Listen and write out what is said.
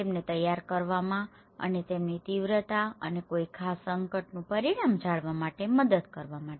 તેમને તૈયાર કરવામાં અને તેમની તીવ્રતા અને કોઈ ખાસ સંકટનું પરિણામ જાણવા માટે મદદ કરવા માટે